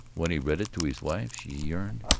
when he read it to his wife she yearned,